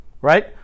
right